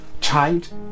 Child